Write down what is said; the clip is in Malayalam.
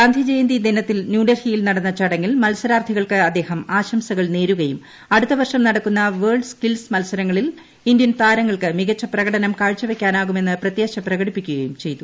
ഗാന്ധിജയന്തി ദിനത്തിൽ ന്യൂഡിൽഹിയിൽ നടന്ന ചടങ്ങിൽ മത്സരാർത്ഥികൾക്ക് അദ്ദേഹം ആശംസകൾ നേരുകയും അടുത്ത വർഷം നടക്കുന്ന വേൾഡ് സ്കിൽസ് മത്സരങ്ങളിൽ ഇന്ത്യൻ താരങ്ങൾക്ക് മികച്ച പ്രകടനം കാഴ്ച വയ്ക്കാനാകുമെന്ന് പ്രത്യാശ പ്രകടിപ്പിക്കുകയും ചെയ്തു